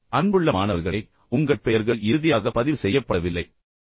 அவர் எழுதினார் அன்புள்ள மாணவர்களே உங்கள் பெயர்கள் இறுதியாக பதிவு செய்யப்படவில்லை